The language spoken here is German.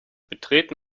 betreten